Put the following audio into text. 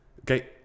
Okay